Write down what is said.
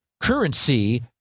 currency